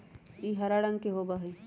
ई हरा रंग के होबा हई